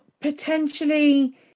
potentially